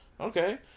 Okay